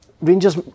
Rangers